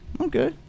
Okay